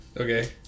okay